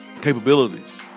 capabilities